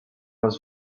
was